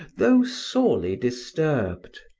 though sorely disturbed.